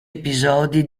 episodi